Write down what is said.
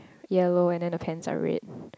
yellow and then the pants are red